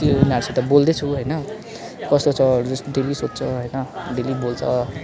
त्यो उनीहरूसित बोल्दैछु होइन कस्तो छहरू डेली सोध्छ होइन डेली बोल्छ